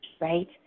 right